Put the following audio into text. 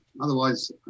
Otherwise